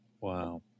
Wow